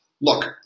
look